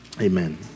amen